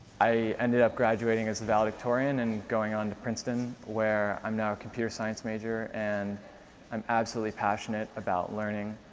i ended up graduating as the valedictorian and going on to princeton where i'm now a computer science major, and i'm absolutely passionate about learning,